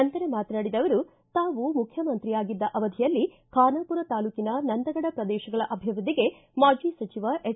ನಂತರ ಮಾತನಾಡಿದ ಅವರು ತಾವು ಮುಖ್ಯಮಂತ್ರಿ ಆಗಿದ್ದ ಅವಧಿಯಲ್ಲಿ ಖಾನಾಪೂರ ತಾಲೂಕಿನ ನಂದಗಡ ಪ್ರದೇಶಗಳ ಅಭಿವೃದ್ಧಿಗೆ ಮಾಜಿ ಸಚಿವ ಎಚ್